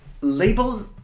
labels